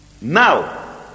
Now